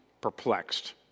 perplexed